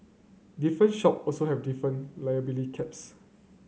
different shop also have different liability caps